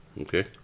Okay